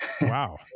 Wow